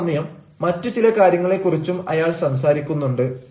അതേസമയം മറ്റു ചില കാര്യങ്ങളെ കുറിച്ചും അയാൾ സംസാരിക്കുന്നുണ്ട്